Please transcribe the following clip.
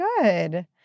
good